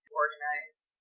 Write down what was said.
organize